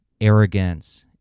arrogance